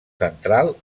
central